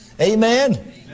Amen